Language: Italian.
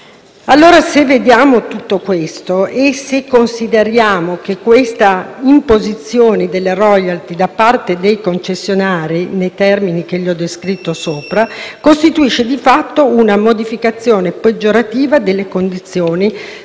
conto di tutto questo e considerando che l'imposizione delle *royalty* da parte dei concessionari nei termini che ho descritto sopra costituisce di fatto una modificazione peggiorativa delle condizioni,